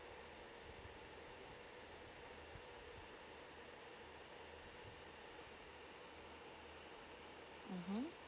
mmhmm